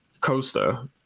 coaster